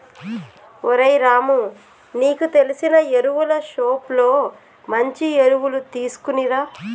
ఓరై రాము నీకు తెలిసిన ఎరువులు షోప్ లో మంచి ఎరువులు తీసుకునిరా